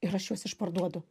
ir aš juos išparduodu